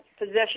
Possession